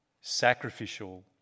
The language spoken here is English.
sacrificial